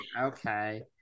Okay